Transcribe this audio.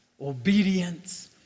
obedience